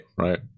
Right